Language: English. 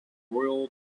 royal